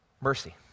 mercy